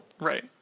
Right